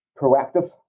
proactive